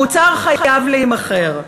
המוצר חייב להימכר.